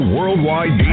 Worldwide